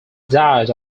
died